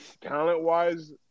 Talent-wise